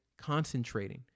concentrating